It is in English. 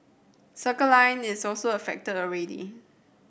Circle Line is also affected already